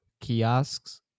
kiosks